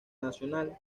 nacional